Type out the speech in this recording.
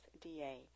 DA